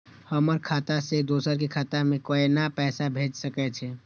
हमर खाता से दोसर के खाता में केना पैसा भेज सके छे?